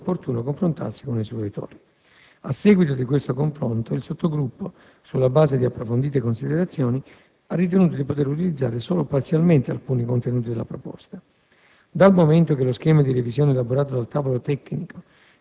corso della precedente legislatura e ha ritenuto opportuno confrontarsi con i suoi autori. A seguito di questo confronto, il sottogruppo, sulla base di approfondite considerazioni, ha ritenuto di poter utilizzare solo parzialmente alcuni contenuti della proposta.